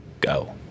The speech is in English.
go